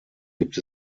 gibt